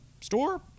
store